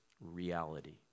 reality